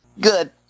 Good